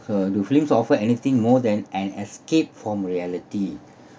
uh do films offer anything more than an escape from reality